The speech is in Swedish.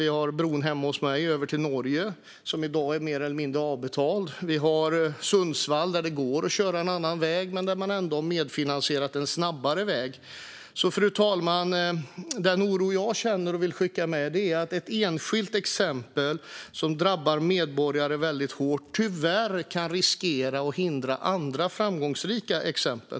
Hemma hos mig har vi bron över till Norge, som i dag är mer eller mindre avbetald. Vi har Sundsvall, där det går att köra en annan väg men man har medfinansierat en snabbare väg. Så, fru talman, den oro jag känner och vill skicka med är att ett enskilt exempel där medborgare drabbas väldigt hårt tyvärr riskerar att hindra andra framgångsrika exempel.